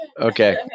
Okay